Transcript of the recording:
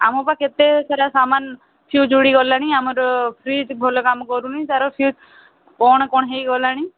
ଆମ ପା କେତେ ସାରା ସାମାନ ଫିଉଜ୍ ଉଡ଼ିଗଲାଣି ଆମର ଫ୍ରିଜ୍ ଭଲ କାମ କରୁନାହିଁ ତାର ସିଏ କ'ଣ କ'ଣ ହୋଇଗଲାଣି